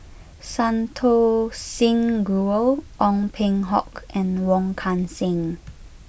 Santokh Singh Grewal Ong Peng Hock and Wong Kan Seng